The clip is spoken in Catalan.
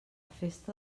festa